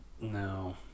No